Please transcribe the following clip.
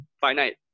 finite